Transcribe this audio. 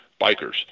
Bikers